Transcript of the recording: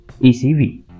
ECV